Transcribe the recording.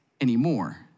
anymore